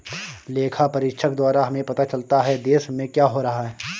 लेखा परीक्षक द्वारा हमें पता चलता हैं, देश में क्या हो रहा हैं?